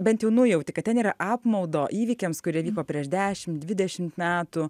bent jau nujauti kad ten yra apmaudo įvykiams kurie vyko prieš dešim dvidešimt metų